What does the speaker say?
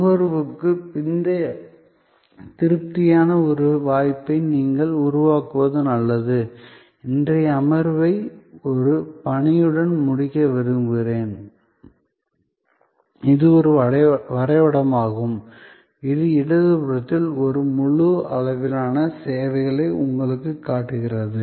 நுகர்வுக்குப் பிந்தைய திருப்திக்கான ஒரு வாய்ப்பை நீங்கள் உருவாக்குவது நல்லது இன்றைய அமர்வை ஒரு பணியுடன் முடிக்க விரும்புகிறேன் இது ஒரு வரைபடமாகும் இது இடது புறத்தில் ஒரு முழு அளவிலான சேவைகளை உங்களுக்குக் காட்டுகிறது